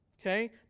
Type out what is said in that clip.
Okay